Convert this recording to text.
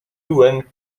went